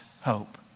hope